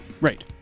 Right